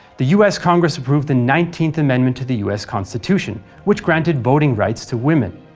the us congress approved the nineteenth amendment to the us constitution, which granted voting rights to women.